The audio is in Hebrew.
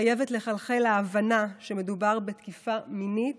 חייבת לחלחל ההבנה שמדובר בתקיפה מינית